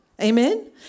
Amen